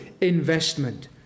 investment